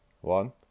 One